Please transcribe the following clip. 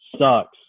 sucks